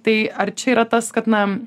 tai ar čia yra tas kad na